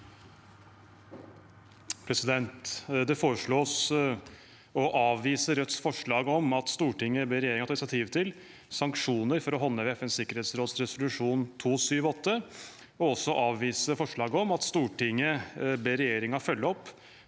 Det foreslås å avvi- se Rødts forslag om at Stortinget ber regjeringen ta initiativ til sanksjoner for å håndheve FNs sikkerhetsråds resolusjon 2728, avvise forslag om at Stortinget ber regjeringen følge opp